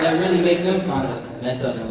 really make them kind of mess up